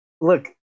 Look